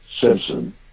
Simpson